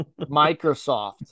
microsoft